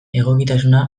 egokitasuna